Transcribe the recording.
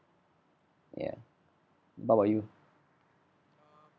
ya what about you